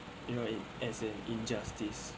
you know as in injustice